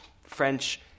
French